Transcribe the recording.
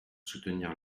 soutenir